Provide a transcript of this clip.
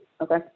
Okay